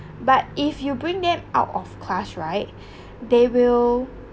but if you bring them out of class right they will